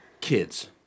Kids